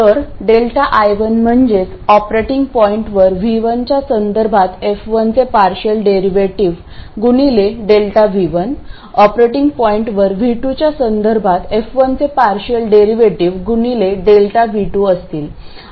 तर ΔI1 म्हणजेच ऑपरेटिंग पॉईंटवर V1 च्या संदर्भात f1 चे पार्शियल डेरिव्हेटिव्ह गुणिले ΔV1 ऑपरेटिंग पॉईंटवर V2 च्या संदर्भात f1 चे पार्शियल डेरिव्हेटिव्ह गुणिले ΔV2 असतील